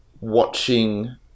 watching